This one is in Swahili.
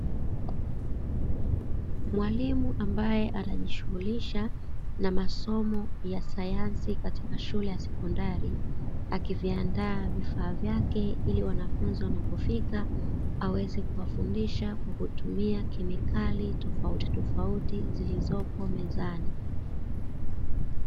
Mwalimu ambaye anajishughulisha na masomo ya sayansi katika shule ya sekondari, akiviandaa vifaa vyake ili wanafunzi wakifika aweze kuwafundisha kwa kutumia kemikali tofauti tofauti zilizopo mezani.